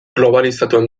globalizatuan